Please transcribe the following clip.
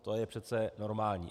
To je přeci normální.